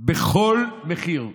בכל מחיר".